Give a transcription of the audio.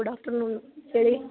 good afternoon ಹೇಳಿ